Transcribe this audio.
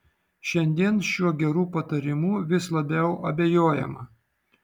šiandien šiuo geru patarimu vis labiau abejojama